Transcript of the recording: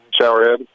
showerhead